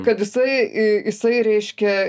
kad jisai i jisai reiškia